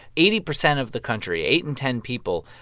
eighty percent of the country, eight in ten people,